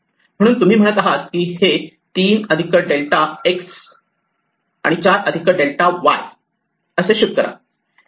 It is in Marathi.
म्हणून तुम्ही म्हणत आहात की हे 3 डेल्टा X आणि 4 डेल्टा Y असे शिफ्ट करा